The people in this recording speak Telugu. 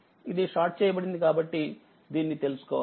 ఇది షార్ట్ చేయబడింది కాబట్టిదీన్నితెలుసుకోవాలి